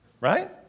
right